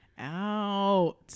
out